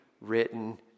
written